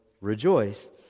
Rejoice